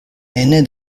ene